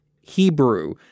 Hebrew